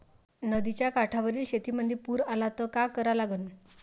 नदीच्या काठावरील शेतीमंदी पूर आला त का करा लागन?